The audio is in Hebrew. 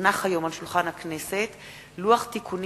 נמנעים, אין.